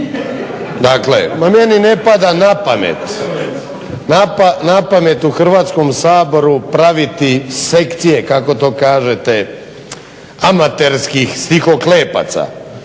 Dakle, meni ne pada napamet, napamet u Hrvatskom saboru praviti sekcije kako to kažete, amaterskih stihoklepaca,